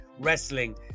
wrestling